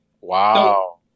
Wow